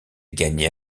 gagnait